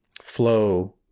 flow